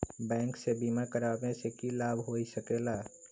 Bank से बिमा करावे से की लाभ होई सकेला?